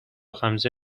خمسه